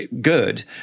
good